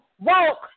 woke